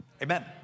Amen